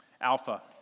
Alpha